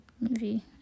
movie